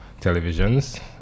televisions